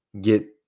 get